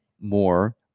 more